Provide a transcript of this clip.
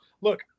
look